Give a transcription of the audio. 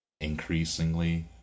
Increasingly